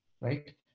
right